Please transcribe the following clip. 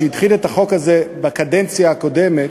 שהתחיל את החוק הזה בקדנציה הקודמת,